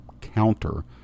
counter